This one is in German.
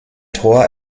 tor